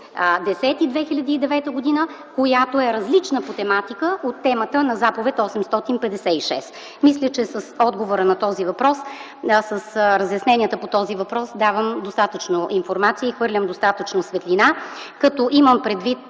06.10.2009 г., която е различна по тематика от темата на заповед № 856. Мисля, че с отговора на този въпрос, с разясненията по този въпрос, давам достатъчно информация и хвърлям достатъчно светлина, като имам предвид